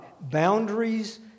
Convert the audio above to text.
boundaries